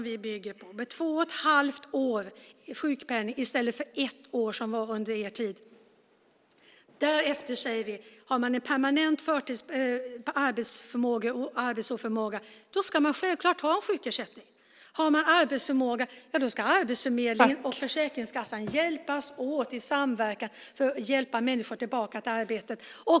Vi bygger en kedja med två och ett halvt års sjukpenning i stället för ett års sjukpenning som det var under er tid. Därefter säger vi att om man har en permanent arbetsoförmåga ska man självklart ha en sjukersättning. Har man arbetsförmåga ska Arbetsförmedlingen och Försäkringskassan samverka för att hjälpa människor tillbaka till arbeten.